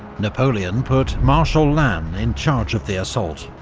napoleon put marshal lannes in charge of the assault.